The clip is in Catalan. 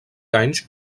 anys